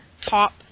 top